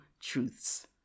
truths